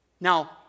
Now